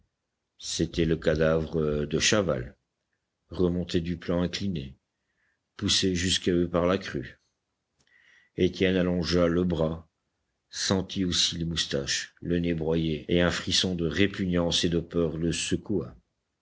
c'était le cadavre de chaval remonté du plan incliné poussé jusqu'à eux par la crue étienne allongea le bras sentit aussi les moustaches le nez broyé et un frisson de répugnance et de peur le secoua